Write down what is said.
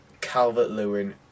Calvert-Lewin